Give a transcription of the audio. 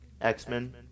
X-Men